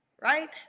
Right